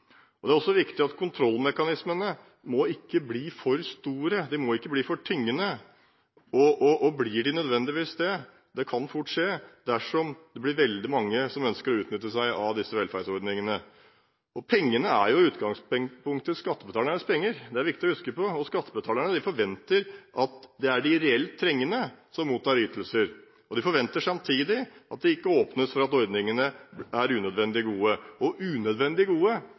bli for store og for tyngende. Og det blir de nødvendigvis – det kan fort skje – dersom det blir veldig mange som ønsker å utnytte disse velferdsordningene. Pengene er i utgangspunktet skattebetalernes penger – det er det viktig å huske – og skattebetalerne forventer at det er de reelt trengende som mottar ytelser. Samtidig forventer de at det ikke åpnes for at ordningene er unødvendig gode, og unødvendig gode